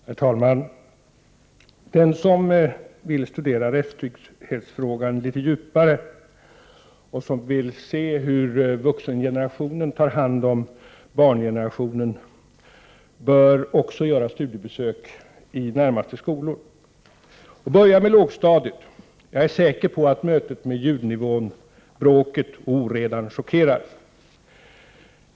Prot. 1988/89:60 Herr talman! Den som vill studera rättstrygghetsfrågan litet djupare och 2 februari 1989 som vill se hur vuxengenerationen tar hand om barngenerationen bör också göra studiebesök i närmaste skola. Börja med lågstadiet! Jag är säker på att mötet med ljudnivån, bråket och oredan chockerar.